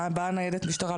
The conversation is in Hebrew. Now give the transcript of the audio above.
באה ניידת משטרה,